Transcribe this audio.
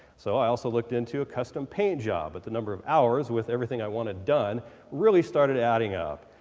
so i also looked into a custom paint job, but the number of hours with everything i wanted done really started adding up.